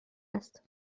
است